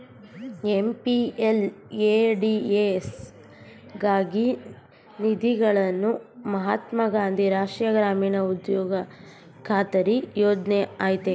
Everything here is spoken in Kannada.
ಎಂ.ಪಿ.ಎಲ್.ಎ.ಡಿ.ಎಸ್ ಗಾಗಿ ನಿಧಿಗಳನ್ನು ಮಹಾತ್ಮ ಗಾಂಧಿ ರಾಷ್ಟ್ರೀಯ ಗ್ರಾಮೀಣ ಉದ್ಯೋಗ ಖಾತರಿ ಯೋಜ್ನ ಆಯ್ತೆ